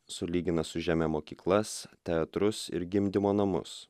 sulygina su žeme mokyklas teatrus ir gimdymo namus